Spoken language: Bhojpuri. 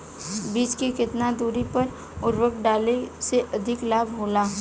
बीज के केतना दूरी पर उर्वरक डाले से अधिक लाभ होला?